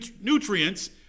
nutrients